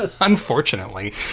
Unfortunately